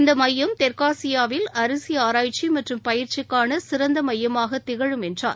இந்த மையம் தெற்காசியாவில் அரிசி ஆராய்ச்சி மற்றும் பயிற்சிக்கான சிறந்த மையமாக திகழும் என்றார்